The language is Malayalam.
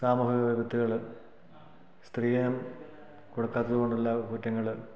സാമൂഹിക വിപത്തുകൾ സ്ത്രീധനം കൊടുക്കാത്തതു കൊണ്ടുള്ള കുറ്റങ്ങൾ